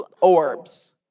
Orbs